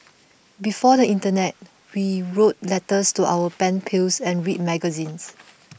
before the internet we wrote letters to our pen pals and read magazines